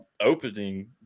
opening